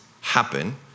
happen